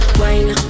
wine